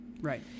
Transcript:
Right